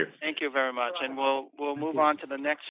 you thank you very much and well we'll move on to the next